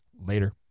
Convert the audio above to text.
Later